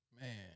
Man